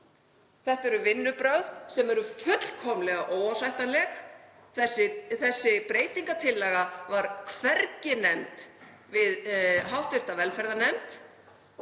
Þetta eru vinnubrögð sem eru fullkomlega óásættanleg. Þessi breytingartillaga var hvergi nefnd við hv. velferðarnefnd,